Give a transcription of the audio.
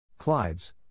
Clydes